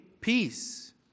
peace